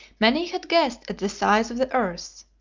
many had guessed at the size of the earth.